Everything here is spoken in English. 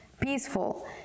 peaceful